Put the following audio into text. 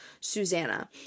Susanna